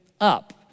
up